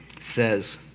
says